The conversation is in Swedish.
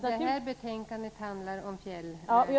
Detta betänkande handlar om fjällvärlden.